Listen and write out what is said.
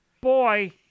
boy